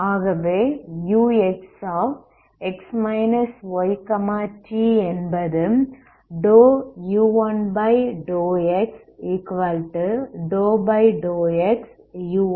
ஆகவே uxx yt என்பது u1∂x∂xux yt